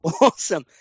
Awesome